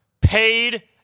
Paid